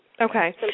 Okay